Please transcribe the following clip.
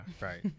Right